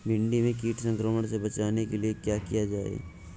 भिंडी में कीट संक्रमण से बचाने के लिए क्या किया जाए?